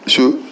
Sure